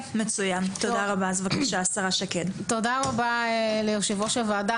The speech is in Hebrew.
תודה רבה ליושב ראש הוועדה,